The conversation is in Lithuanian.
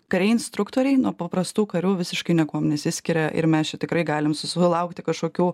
kariai instruktoriai nuo paprastų karių visiškai niekuo nesiskiria ir mes čia tikrai galim susilaukti kažkokių